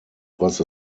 was